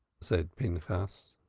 said pinchas.